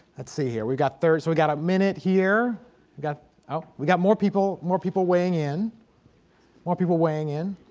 let's see here we've got third so we got a minute here we've got oh we got more people more people weighing in want people weighing in